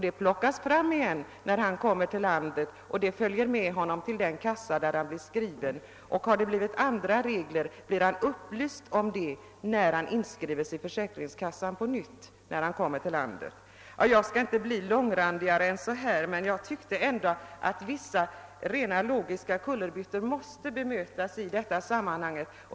Det plockas fram igen om han kommer tillbaka till landet och följer med till den kassa där han blir skriven. Om reglerna ändras, blir han upplyst om ändringarna av försäkringskassan när han återvänder hit. Jag skall inte bli mer mångordig, men jag har tyckt att vissa logiska kullerbyttor måste bemötas.